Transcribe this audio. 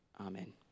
Amen